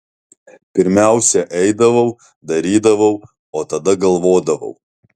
pirmiausia eidavau darydavau o tada galvodavau